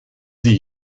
sie